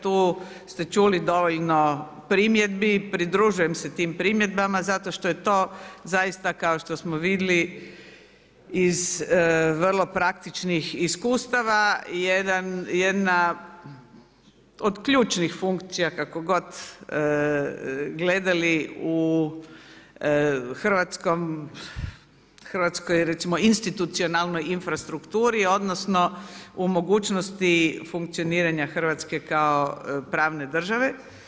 Tu ste čuli dovoljno primjedbi, pridružujem se tim primjedbama, zato što je to, zaista, kao što smo vidjeli iz vrlo praktičkih iskustava, jedan od ključnih funkcija, kako god gledali u hrvatskoj institucionalnoj infrastrukturi, odnosno, u mogućnosti funkcioniranju Hrvatske kao pravne države.